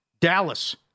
Dallas